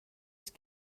است